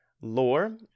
lore